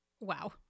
wow